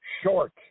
short